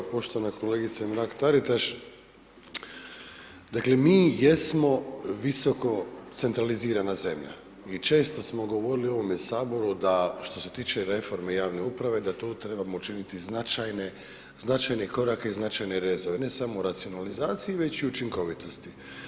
Poštovane kolegice Mrak Taritaš, dakle, mi jesno visoko centralizirana zemlja i često smo govorili u ovome Saboru da što se tiče reforme i javne uprave, da tu trebamo učiniti značajne korake i značajne rezove, ne samo u racionalizaciji, već i učinkovitosti.